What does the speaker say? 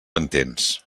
entens